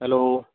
hello